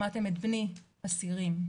שמעתם את בני, אסירים.